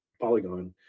Polygon